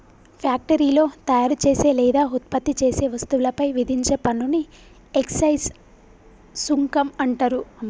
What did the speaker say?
ఫ్యాక్టరీలో తయారుచేసే లేదా ఉత్పత్తి చేసే వస్తువులపై విధించే పన్నుని ఎక్సైజ్ సుంకం అంటరు